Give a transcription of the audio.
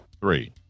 three